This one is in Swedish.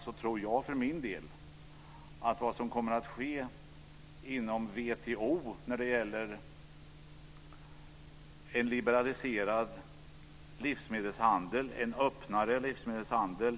Jag tror för min del att vad som kommer att ske inom WTO är att det blir en liberaliserad livsmedelshandel, en öppnare livsmedelshandel.